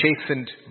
chastened